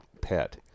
pet